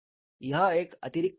यह एक अतिरिक्त टर्म है